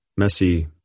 Messi